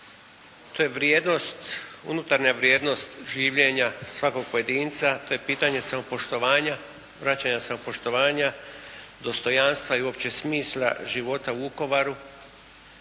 To je vrijednost, unutarnja vrijednost življenja svakog pojedinca. To je pitanje samopoštovanja, vraćanja samopoštovanja, dostojanstva i uopće smisla života u Vukovaru,